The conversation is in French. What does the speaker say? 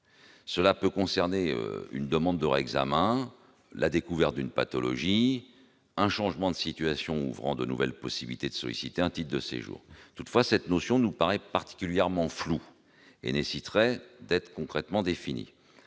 Cela peut concerner la demande de réexamen, la découverte d'une pathologie, un changement de situation ouvrant de nouvelles possibilités de solliciter un titre de séjour. Toutefois, cette notion nous paraît particulièrement floue et nécessiterait d'être concrètement définie.